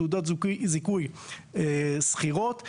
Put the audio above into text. תעודות זיכוי סחירות.